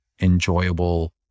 enjoyable